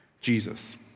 Jesus